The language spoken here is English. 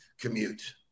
commute